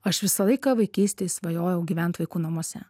aš visą laiką vaikystėj svajojau gyvent vaikų namuose